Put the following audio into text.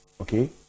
Okay